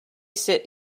sit